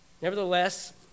Nevertheless